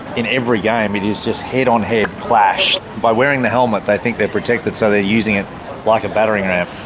in every game it is just head-on-head clash. by wearing the helmet they think they are protected so they're using it like a battering ram.